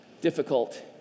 difficult